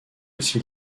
aussi